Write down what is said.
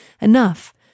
enough